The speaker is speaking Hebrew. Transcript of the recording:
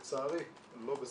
לצערי, לא בסמכותנו,